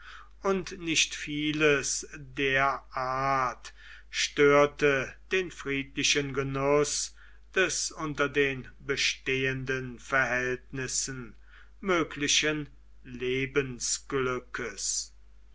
und nicht vieles der art störte den friedlichen genuß des unter den bestehenden verhältnissen möglichen